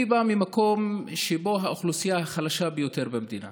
אני בא ממקום שבו האוכלוסייה החלשה ביותר במדינה,